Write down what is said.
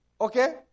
Okay